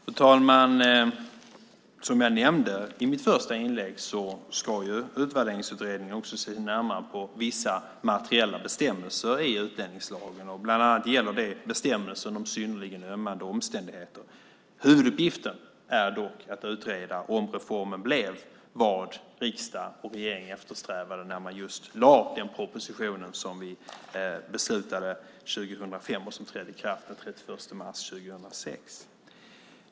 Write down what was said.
Fru talman! Som jag nämnde i mitt första inlägg ska ju Utvärderingsutredningen också se närmare på vissa materiella bestämmelser i utlänningslagen. Bland annat gäller det bestämmelsen om synnerligen ömmande omständigheter. Huvuduppgiften är dock att utreda om reformen blev vad riksdag och regering eftersträvade när man lade fram den proposition som vi beslutade 2005 och som trädde i kraft den 31 mars 2006.